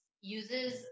uses